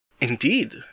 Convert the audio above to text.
Indeed